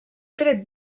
tret